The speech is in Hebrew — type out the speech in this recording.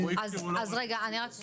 ורועי כפיר הוא לא עורך דין.